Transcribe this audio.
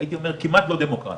כדי להבהיר את החששות.